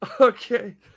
Okay